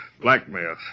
Blackmail